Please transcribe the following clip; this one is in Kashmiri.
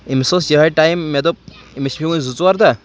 أمِس ٲس یِہَے ٹایم مےٚ دوٚپ أمِس چھِ مےٚ وۄنۍ زٕ ژور دۄہ